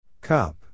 Cup